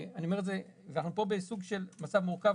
אנחנו פה בסוג של מצב מורכב,